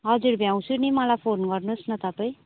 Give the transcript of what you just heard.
हजुर भ्याउँछु नि मलाई फोन गर्नुहोस् न तपाईँ